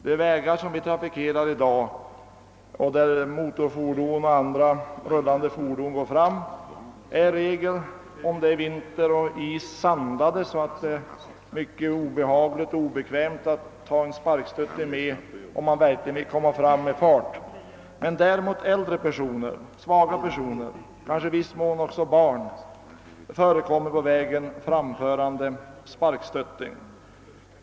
De vägar, som trafikeras i dag och på vilka motorfordon och andra rullande fordon går fram, är i regel under vintern och under isförhållanden sandade så att det är mycket obehagligt och obekvämt att använda sparkstöttingen, om man verkligen vill komma fram fort. Men däremot händer det att äldre personer och svaga personer och kanske i viss utsträckning också barn förekommer på vägen framförande en sparkstötting.